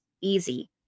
easy